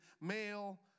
male